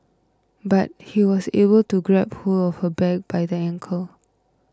but he was able to grab hold of her leg by the ankle